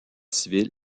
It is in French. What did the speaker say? civil